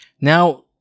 now